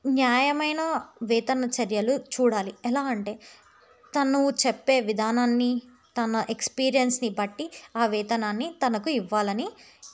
న్యాయమైన వేతన చర్యలు చూడాలి ఎలా అంటే తను చెప్పే విధానాన్ని తన ఎక్స్పీరియన్స్ని బట్టి ఆ వేతనాన్ని తనకు ఇవ్వాలని